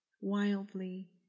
Wildly